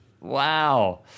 Wow